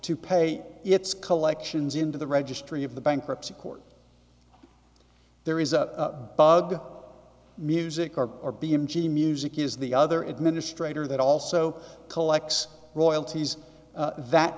to pay its collections into the registry of the bankruptcy court there is a bug music art or b m g music is the other administrator that also collects royalties that